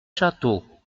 château